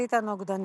למחצית הנוגדנים.